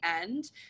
end